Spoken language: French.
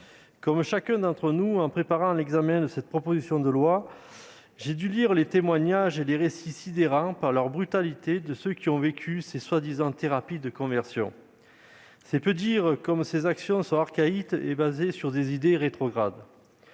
comme chacun d'entre nous, en préparant l'examen de cette proposition de loi, j'ai dû lire les témoignages et les récits sidérants de brutalité de ceux qui ont vécu ces prétendues thérapies de conversion. Il est peu de dire que ces actions sont archaïques et fondées sur des idées rétrogrades.